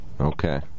Okay